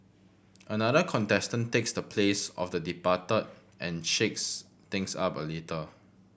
another contestant takes the place of the departed and shakes things up a little